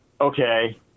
Okay